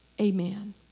Amen